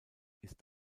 ist